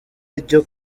ryo